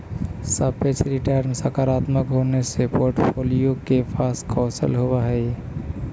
सापेक्ष रिटर्न सकारात्मक होने से पोर्ट्फोलीओ के पास कौशल होवअ हई